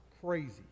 crazy